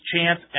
chance